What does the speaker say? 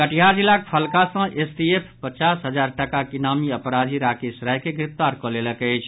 कटिहार जिलाक फलका सँ एसटीएफ पचास हजार टाकाक इनामी अपराधी राकेश राय के गिरफ्तार कऽ लेलक अछि